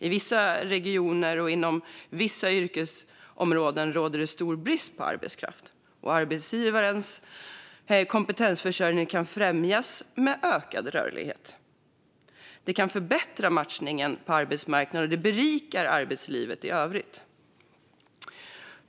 I vissa regioner och inom vissa yrkesområden råder det stor brist på arbetskraft, och arbetsgivarens kompetensförsörjning kan främjas genom ökad rörlighet. Det kan förbättra matchningen på arbetsmarknaden, och det berikar arbetslivet i övrigt.